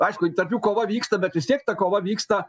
aišku tarp jų kova vyksta bet vis tiek ta kova vyksta